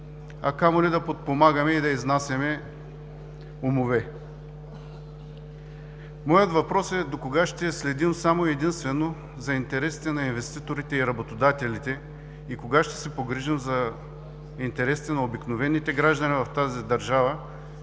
камо ли да подпомагаме и да изнасяме умове. Моят въпрос е: докога ще следим само и единствено за интересите на инвеститорите и работодателите и кога ще се погрижим за интересите на обикновените граждани в тази държава,